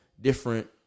different